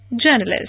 Journalist